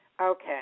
Okay